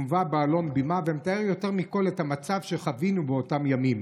מובא בעלון "בימה" ומתאר יותר מכול את המצב שחווינו באותם ימים: